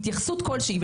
התייחסות כלשהי,